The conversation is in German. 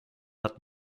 hat